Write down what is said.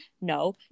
no